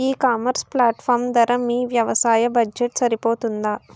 ఈ ecommerce platform ధర మీ వ్యవసాయ బడ్జెట్ సరిపోతుందా?